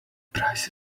price